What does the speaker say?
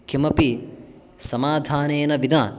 किमपि समाधानेन विना